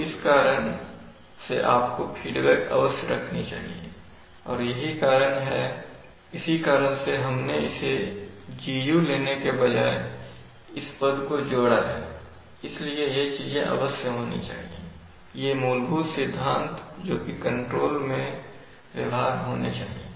तो इस कारण से आपको फीडबैक अवश्य रखनी चाहिए और इसी कारण से हमने इसे Gu लेने के बजाय इस पद को जोड़ा है इसलिए ये चीजें अवश्य होनी चाहिए ये मूलभूत सिद्धांत है जो कि कंट्रोल में व्यवहार होने चाहिए